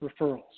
referrals